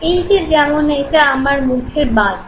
এই যে যেমন এটা আমার মুখের বাঁ দিক